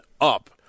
up